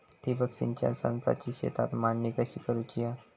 ठिबक सिंचन संचाची शेतात मांडणी कशी करुची हा?